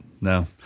No